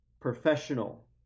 Professional